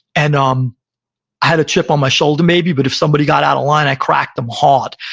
and um i had a chip on my shoulder, maybe, but if somebody got out of line, i cracked them hard.